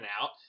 out